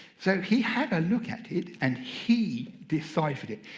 so he had a look at it, and he deciphered it.